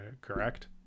correct